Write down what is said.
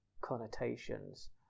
connotations